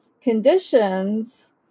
conditions